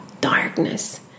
darkness